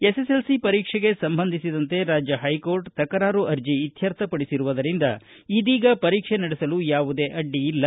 SSLC ಪರೀಕ್ಷೆಗೆ ಸಂಬಂಧಿಸಿದಂತೆ ರಾಜ್ಯ ಹೈಕೋರ್ಟ ತಕರಾರು ಅರ್ಜಿ ಇತ್ಯರ್ಥಪಡಿಸಿರುವುದರಿಂದ ಇದೀಗ ಪರೀಕ್ಷೆ ನಡೆಸಲು ಯಾವುದೇ ಅಡ್ಡಿ ಇಲ್ಲ